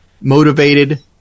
motivated